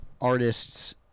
artists